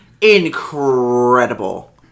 Incredible